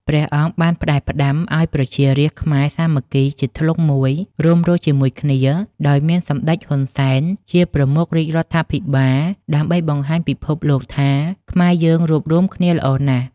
ព្រះអង្គបានផ្ដែផ្ដាំឱ្យប្រជារាស្ត្រខ្មែរសាមគ្គីជាធ្លុងមួយ រួមរស់ជាមួយគ្នា ដោយមានសម្ដេច ហ៊ុន សែន ជាប្រមុខរាជរដ្ឋាភិបាល ដើម្បីបង្ហាញពិភពលោកថាខ្មែរយើងរួបរួមគ្នាល្អណាស់។